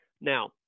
Now